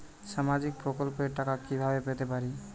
সামাজিক প্রকল্পের টাকা কিভাবে পেতে পারি?